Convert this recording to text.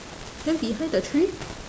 then behind the tree